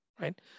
right